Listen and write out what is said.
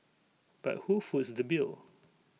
but who foots the bill